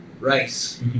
rice